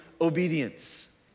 obedience